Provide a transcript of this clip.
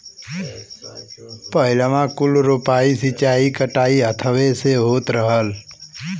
पहिलवाँ कुल रोपाइ, सींचाई, कटाई हथवे से होत रहल